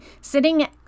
Sitting